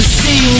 see